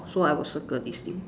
so I will circle this thing